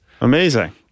Amazing